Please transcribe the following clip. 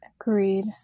agreed